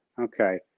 Okay